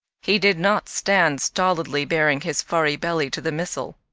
he did not stand stolidly baring his furry belly to the missile,